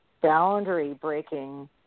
boundary-breaking